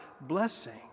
blessing